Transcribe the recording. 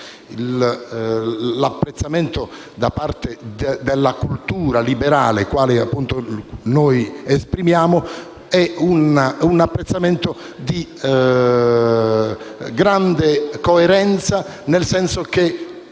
l'apprezzamento da parte della cultura liberale quale noi esprimiamo, è un apprezzamento di grande coerenza nel senso che